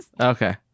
Okay